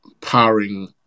powering